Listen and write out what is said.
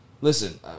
listen